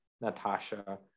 Natasha